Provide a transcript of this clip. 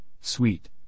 sweet